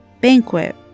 banquet